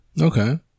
okay